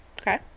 Okay